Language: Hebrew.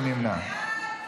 מי נמנע?